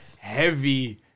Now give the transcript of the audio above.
heavy